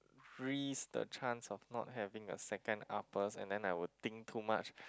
risk the chance of not having a second uppers and then I will think too much